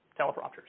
teleprompters